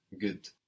Good